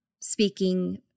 speaking